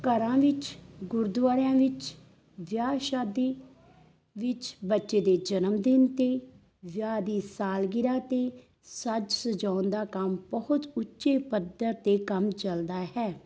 ਘਰਾਂ ਵਿੱਚ ਗੁਰਦੁਆਰਿਆਂ ਵਿੱਚ ਵਿਆਹ ਸ਼ਾਦੀ ਵਿੱਚ ਬੱਚੇ ਦੇ ਜਨਮ ਦਿਨ 'ਤੇ ਵਿਆਹ ਦੀ ਸਾਲਗਿਰਾ 'ਤੇ ਸੱਜ ਸਜਾਉਣ ਦਾ ਕੰਮ ਬਹੁਤ ਉੱਚੇ ਪੱਧਰ 'ਤੇ ਕੰਮ ਚਲਦਾ ਹੈ